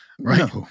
right